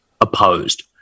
opposed